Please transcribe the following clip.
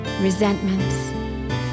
resentments